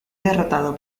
derrotado